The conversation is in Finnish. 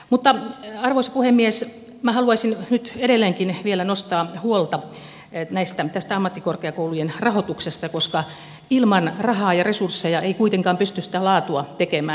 mutta arvoisa puhemies minä haluaisin nyt edelleenkin vielä nostaa huolta tästä ammattikorkeakoulujen rahoituksesta koska ilman rahaa ja resursseja ei kuitenkaan pysty sitä laatua tekemään